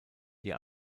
die